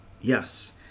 Yes